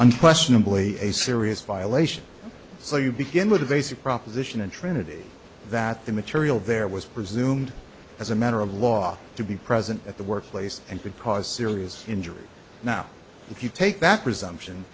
unquestionably a serious violation so you begin with the basic proposition and trinity that the material there was presumed as a matter of law to be present at the workplace and could cause serious injury now if you take that presumption